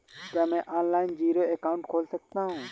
क्या मैं online zero account खोल सकता हूँ?